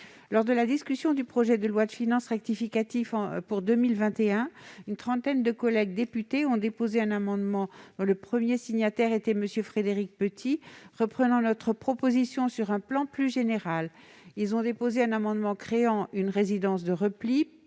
Lors de la discussion du projet de loi de finances rectificative pour 2021, une trentaine de collègues députés ont déposé un amendement, dont le premier signataire était M. Frédéric Petit, visant à reprendre notre proposition sur un plan plus général. Ils ont déposé un amendement tendant à créer « une résidence de repli